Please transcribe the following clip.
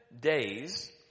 days